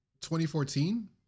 2014